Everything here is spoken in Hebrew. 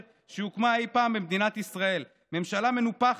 שאי פעם הוקמה במדינת ישראל"; "ממשלה מנופחת,